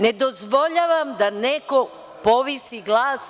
Ne dozvoljavam da neko povisi glas.